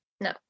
No